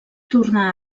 tornà